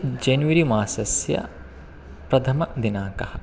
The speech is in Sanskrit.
जन्वरि मासस्य प्रथमदिनाङ्कः